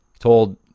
told